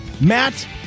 Matt